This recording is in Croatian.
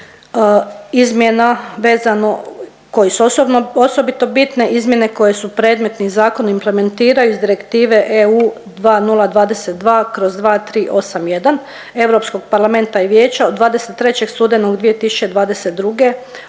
vezano, koje su osobito bitne, izmjene koje se predmetnim zakonom implementiraju iz Direktive EU 2022/2381 Europskog parlamenta i Vijeća od 23. studenog 2022.